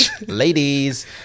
Ladies